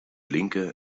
linke